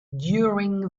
during